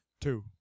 Two